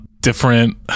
different